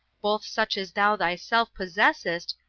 both such as thou thyself possessest,